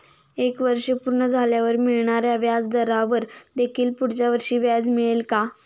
एक वर्ष पूर्ण झाल्यावर मिळणाऱ्या व्याजावर देखील पुढच्या वर्षी व्याज मिळेल का?